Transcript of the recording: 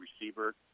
receiver